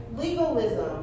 Legalism